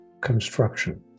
construction